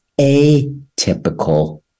atypical